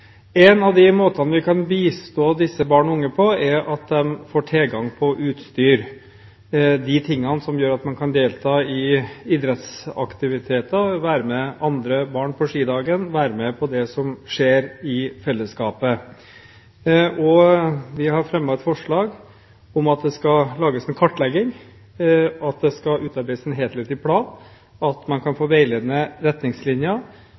forhåpentligvis vil de endre denne kursen. En av måtene vi kan bistå disse barn og unge på, er å sørge for at de får tilgang til utstyr – det som gjør at man kan delta i idrettsaktiviteter, være med andre barn på skidagen, være med på det som skjer i fellesskapet. Vi har fremmet et forslag om at det skal lages en kartlegging, at det skal utarbeides en helhetlig plan, og at man kan få veiledende retningslinjer.